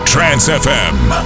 Trans-FM